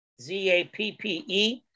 Z-A-P-P-E